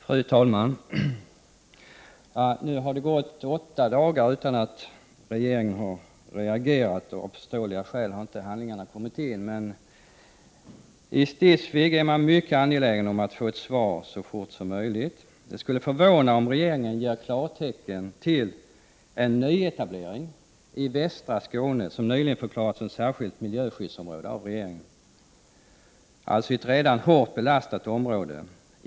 Fru talman! Nu har det gått åtta dagar utan att regeringen har reagerat. Av förståeliga skäl har handlingarna inte kommit in. I Stidsvig är man mycket angelägen om att få ett svar så fort som möjligt. Det skulle förvåna om regeringen ger klartecken till en nyetablering i västra Skåne, som nyligen förklarades som särskilt miljöskyddsområde av regeringen. Det är alltså ett redan hårt belastat område.